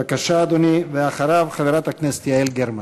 בבקשה, אדוני, ואחריו, חברת הכנסת יעל גרמן.